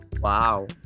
Wow